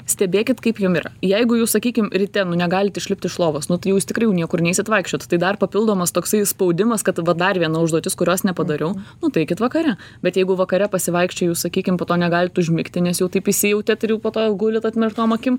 stebėkit kaip jum yra jeigu jūs sakykim ryte nu negalit išlipt iš lovos nu tai jūs tikrai jau niekur neisit vaikščiot tai dar papildomas toksai spaudimas kad dar viena užduotis kurios nepadariau nu tai eikit vakare bet jeigu vakare pasivaikščiojus sakykim po to negalit užmigti nes jau taip įsijautėt ir jau po to jau gulit atmerktom akim